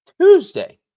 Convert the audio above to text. Tuesday